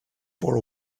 for